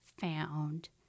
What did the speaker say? found